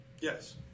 Yes